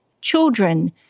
children